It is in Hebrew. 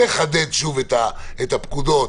לחדד שוב את הפקודות,